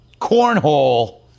Cornhole